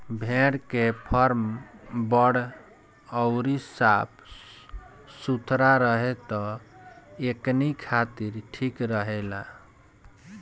भेड़ के फार्म बड़ अउरी साफ सुथरा रहे त एकनी खातिर ठीक रहेला